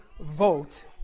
vote